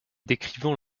décrivant